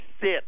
sit